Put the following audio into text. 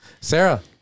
Sarah